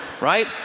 right